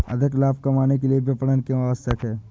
अधिक लाभ कमाने के लिए विपणन क्यो आवश्यक है?